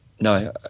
No